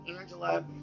Angela